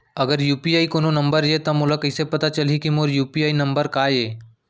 अगर यू.पी.आई कोनो नंबर ये त मोला कइसे पता चलही कि मोर यू.पी.आई नंबर का ये?